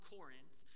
Corinth